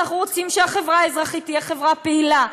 אנחנו רוצים שהחברה האזרחית תהיה חברה פעילה,